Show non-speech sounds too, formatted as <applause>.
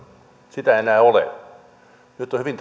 enää ole nyt on hyvin <unintelligible>